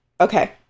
okay